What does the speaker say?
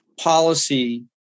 policy